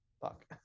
Fuck